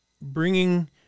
bringing